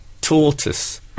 tortoise